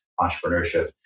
entrepreneurship